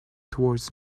towards